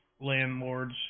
landlords